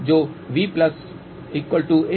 तो Va√Z0